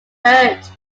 hurt